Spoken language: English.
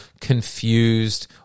confused